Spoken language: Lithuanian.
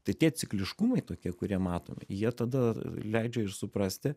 tai tie cikliškumai tokie kurie matomi jie tada leidžia ir suprasti